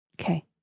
Okay